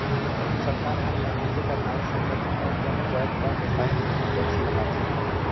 सरकार हर मइनसे कर आय, संपत्ति अउ कोनो जाएत ल बेसाए घनी टेक्स लगाथे